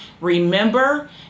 remember